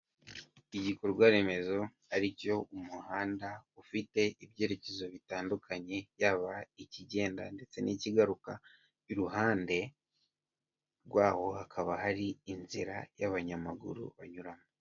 Igikorwa remezo aricyo umuhanda ufite ibyerekezo bitandukanye yaba ikigenda ndetse n'ikigaruka iruhande iruhande rwaho hakaba hari inzira y'abanyamaguru banyuramo.